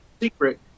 secret